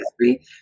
history